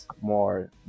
more